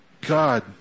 God